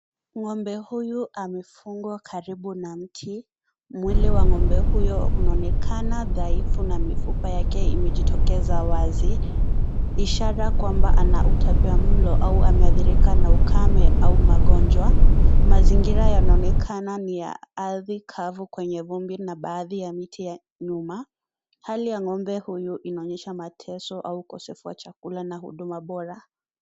Ng'ombe huyu amefungwa karibu na mti, mwili wa ng'ombe huyu unaonekana dhaifu, na mifupa yake imejitokeza wazi, ishara kwamba ana utabia mlo ama au ameathirika na ukame ama mgonjwa. Mazingira yanaonekana ni ya ardhi kafu kwenye vumbi na baadhi ya miti kwenye nyuma , Hali ya ng'ombe huyu inaonyesha matezo au ukosefu wa chakula au huduma Bora.